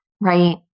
right